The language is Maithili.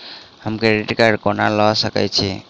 हम क्रेडिट कार्ड कोना लऽ सकै छी?